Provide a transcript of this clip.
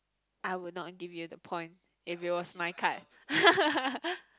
I would not give you the point if it was my card